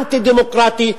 אנטי-דמוקרטי,